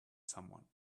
someone